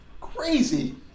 crazy